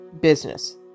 business